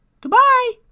Goodbye